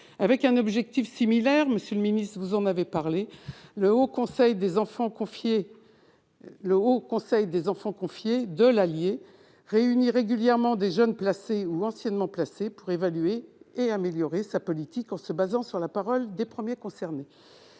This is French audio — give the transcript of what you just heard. Avec un objectif similaire- vous en avez parlé, monsieur le secrétaire d'État -, le Haut Conseil aux enfants placés de l'Allier réunit régulièrement des jeunes placés ou anciennement placés pour évaluer et améliorer sa politique en s'appuyant sur la parole des premiers concernés.